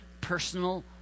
personal